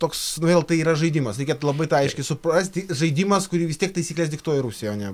toks vėl tai yra žaidimas reikia labai tai aiškiai suprasti žaidimas kurį vis tiek taisykles diktuoja rusija o ne